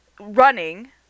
running